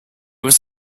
was